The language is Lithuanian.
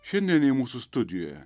šiandien ji mūsų studijoje